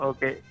Okay